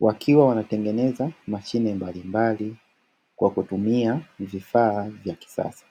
wakiwa wanatengeneza mashine mbalimbali kwakutumia vifaa vya kisasa.